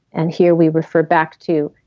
and here we refer back to,